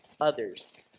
others